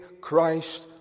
Christ